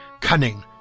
cunning